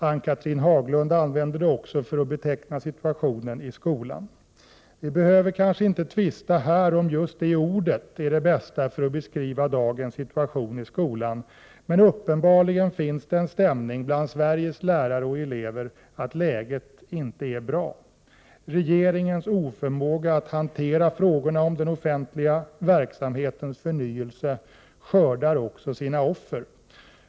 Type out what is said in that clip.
Ann-Cathrine Haglund använde det också för att beteckna situationen i skolan. Vi behöver inte här tvista om huruvida just det ordet är det bästa för att beskriva dagens situation i skolan, men uppenbarligen finns det en stämning bland Sveriges lärare och elever som tyder på att läget inte är bra. Regeringens oförmåga att hantera frågorna om den offentliga verksamhetens förnyelse skördar också sina offer.